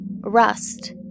Rust